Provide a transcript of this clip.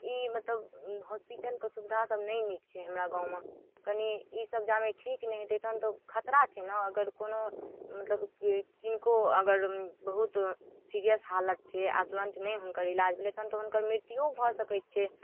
ई मतलब हॉस्पिटलके सुविधासब नहि नीक छै हमरा गाममे कनि ईसब जामे ठीक नहि हेतै तहन तऽ खतरा छै ने अगर कोनो मतलब किनको अगर बहुत सिरिअस हालत छै आओर तुरन्त हुनकर नहि हुनकर इलाज भेलै तहन तऽ हुनकर मृत्युओ भऽ सकै छै